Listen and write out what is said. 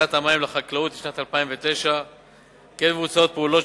מהקצאת המים לחקלאות לשנת 2009. כמו כן מבוצעות פעולות